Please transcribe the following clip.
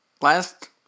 Last